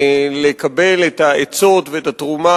לקבל את העצות ואת התרומה,